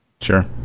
Sure